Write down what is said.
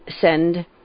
send